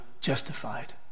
justified